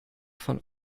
von